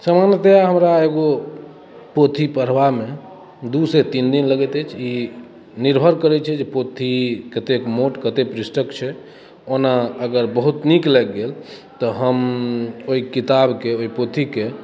सामान्यतया हमरा एगो पोथी पढ़बा मे दू से तीन दिन लगैत अछि निर्भर करै छै जे पोथी कतेक मोट कतेक पृष्ठक छै ओना अगर बहुत नीक लागि गेल तऽ हम ओहि किताबकेँ ओहि पोथीकेँ